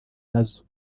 nazo